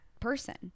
person